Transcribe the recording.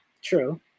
True